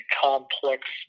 complex